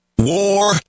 War